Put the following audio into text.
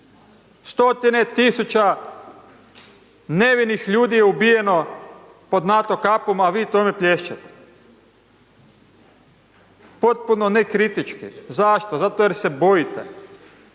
Stotine tisuća nevinih ljudi je ubijeno pod NATO kapom, a vi tome plješćete. Potpuno nekritički. Zašto? Zato jer se bojite.